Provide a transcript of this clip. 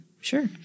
sure